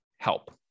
help